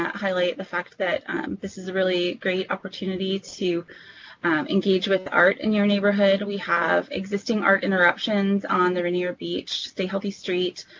highlight the fact that this is a really great opportunity to engage with art in your neighborhood. we have existing art interruptions on the rainier beach stay healthy street.